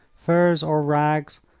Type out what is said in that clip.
furs or rags,